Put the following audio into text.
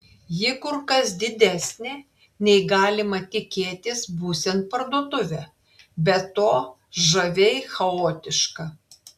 ji kur kas didesnė nei galima tikėtis būsiant parduotuvę be to žaviai chaotiška